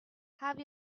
have